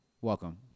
Welcome